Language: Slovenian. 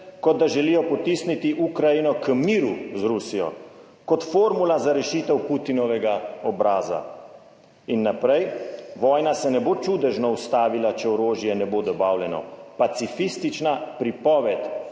kot da želijo potisniti Ukrajino k miru z Rusijo, kot formula za rešitev Putinovega obraza«. In naprej: »Vojna se ne bo čudežno ustavila, če orožje ne bo dobavljeno. **27. TRAK: